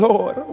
Lord